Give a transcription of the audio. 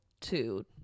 Two